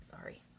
Sorry